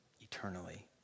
eternally